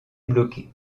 bloqué